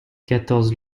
quatorze